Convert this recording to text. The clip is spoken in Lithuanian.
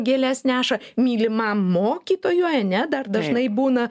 gėles neša mylimam mokytojui ane dar dažnai būna